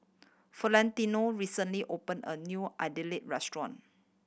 Flentino recently opened a new Idili restaurant